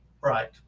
Right